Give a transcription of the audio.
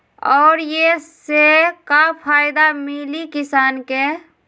और ये से का फायदा मिली किसान के?